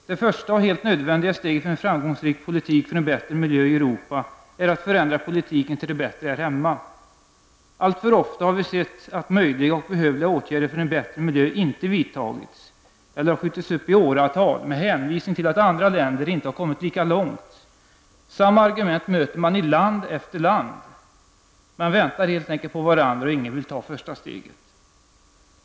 Det första och helt nödvändiga steget för en framgångsrik politik för en bättre miljö i Europa är att förändra politiken till det bättre här hemma. Alltför ofta har vi sett att möjliga och behövliga åtgärder för en bättre miljö inte har vidtagits eller har skjutits upp i åratal med hänvisning till att andra länder inte har kommit så långt. Samma argument möter man i land efter land. Man väntar helt enkelt på varandra och ingen vill ta första steget.